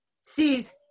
sees